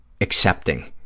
accepting